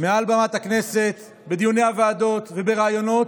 מעל בימת הכנסת, בדיוני הוועדות ובראיונות,